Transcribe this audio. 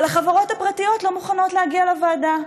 אבל החברות הפרטיות לא מוכנות להגיע לוועדה.